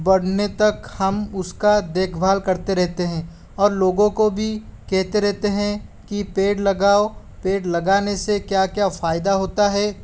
बढ़ने तक हम उसका देखभाल करते रहते हैं और लोगों को भी कहते रहते हैं कि पेड़ लगाओ पेड़ लगाने से क्या क्या फ़ायदा होता हैं